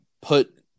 put